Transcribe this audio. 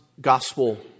gospel